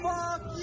Fuck